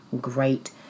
great